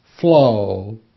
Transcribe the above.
flow